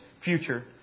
future